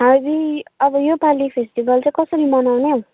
हामी अब यो पालि फेस्टिबल चाहिँ कसरी मनाउने हौ